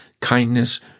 kindness